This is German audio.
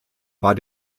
war